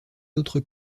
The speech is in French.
autres